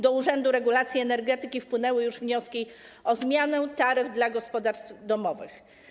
Do Urzędu Regulacji Energetyki wpłynęły już wnioski o zmianę taryf dla gospodarstw domowych.